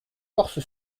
force